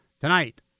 tonight